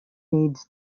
needs